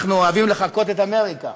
אנחנו אוהבים לחקות את אמריקה,